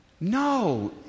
No